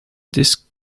this